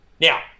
Now